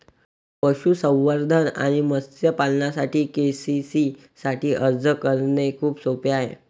पशुसंवर्धन आणि मत्स्य पालनासाठी के.सी.सी साठी अर्ज करणे खूप सोपे आहे